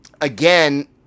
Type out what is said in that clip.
again